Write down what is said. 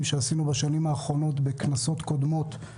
שעשינו בשנים האחרונות בכנסות קודמות,